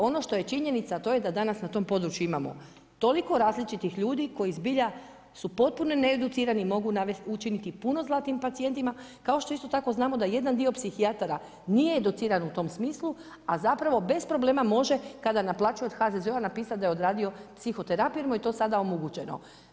Ono što je činjenica a to je da danas na tom području imamo toliko različitih ljudi koji zbilja su potpuno needucirani i mogu navesti i učiniti puno zla tim pacijentima kao što isto tako znamo da jedan dio psihijatara nije educiran u tom smislu, a zapravo bez problema može kada naplaćuje od HZZO-a napisat da je odradio psihoterapiju jer mu je to sada omogućeno.